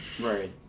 Right